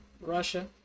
Russia